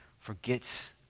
forgets